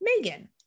Megan